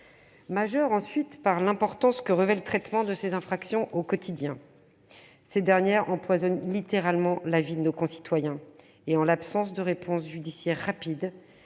majeur, ensuite, du fait de l'importance que revêt le traitement de ces infractions du quotidien. Ces dernières empoisonnent la vie de nos concitoyens. En l'absence de réponse judiciaire rapide,